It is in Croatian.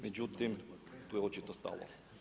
Međutim, tu je očito stalo.